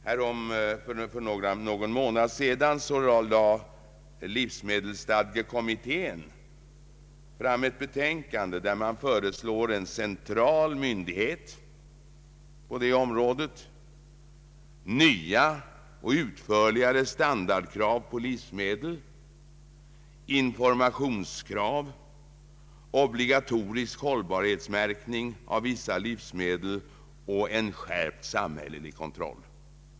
För det nionde vill jag hänvisa till det betänkande som livsmedelsstadgekommittén för någon månad sedan lade fram, där man föreslår en central myndighet på livsmedelsområdet, nya och utförligare standardkrav på livsmedel, informationskrav, obligatorisk hållbarhetsmärkning av vissa livsmedel och en skärpt samhällelig kontroll.